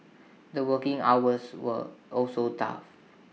the working hours were also tough